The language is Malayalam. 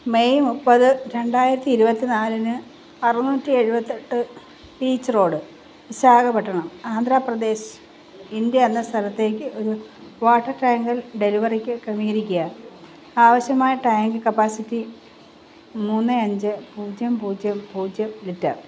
മെയ് മുപ്പത് രണ്ടായിരത്തി ഇരുപത്തി നാലിന് അറുന്നൂറ്റി എഴുപത്തി എട്ട് beach road Visakhapatnam Andhra Pradesh India എന്ന സ്ഥലത്തേക്ക് ഒരു വാട്ടർ ടാങ്കർ ഡെലിവറിക്ക് ക്രമീകരിക്കുക ആവശ്യമായ ടാങ്ക് കപ്പാസിറ്റി മൂന്ന് അഞ്ച് പൂജ്യം പൂജ്യം പൂജ്യം ലിറ്റർ